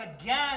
again